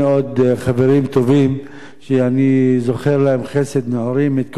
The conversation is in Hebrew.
חברים טובים שאני זוכר להם חסד נעורים מתקופת